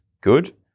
good